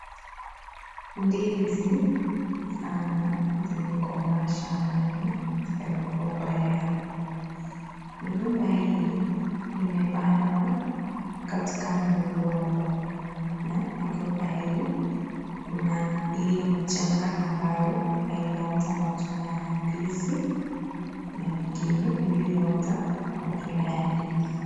Ndizi mingi sana zimekomaashambani na migomba yao. Migomba hii imepandwa katika milolongo. Na migomba hii kuna iliyo mchanga ambayo haijaota matunda ya ndizi na nyingine iliyoota matunda ya ndizi.